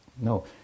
No